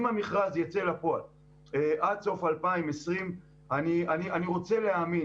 אם המכרז ייצא לפועל עד סוף 2020 אני רוצה להאמין